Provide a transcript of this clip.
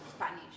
Spanish